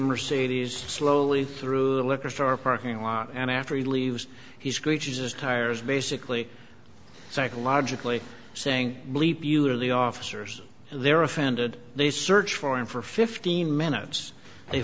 mercedes slowly through a liquor store parking lot and after he leaves he screeches tires basically psychologically saying bleep you are the officers they're offended they search for him for fifteen minutes they